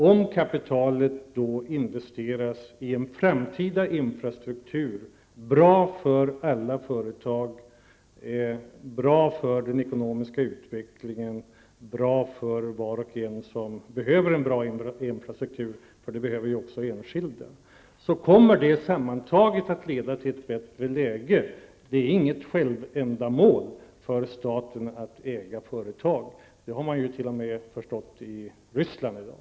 Om kapitalet då investeras i en framtida infrastruktur som är bra för alla företag, bra för den ekonomiska utvecklingen och bra för var och en som behöver en bra infrastruktur -- för det behöver ju också enskilda -- kommer det sammantaget att leda till ett bättre läge. Det är inget självändamål för staten att äga företag. Det har man ju t.o.m. förstått i Ryssland i dag.